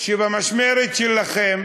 שבמשמרת שלכם